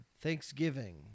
Thanksgiving